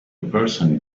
person